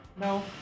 No